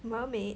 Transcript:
mermaid